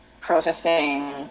processing